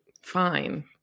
fine